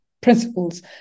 principles